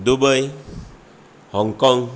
Dubai Hong Kong